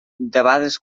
debades